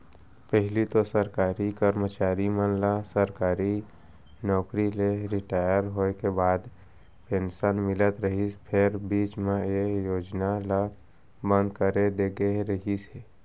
पहिली तो सरकारी करमचारी मन ल सरकारी नउकरी ले रिटायर होय के बाद पेंसन मिलत रहय फेर बीच म ए योजना ल बंद करे दे गे रिहिस हे